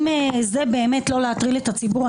אם זה לא להטריל את הציבור,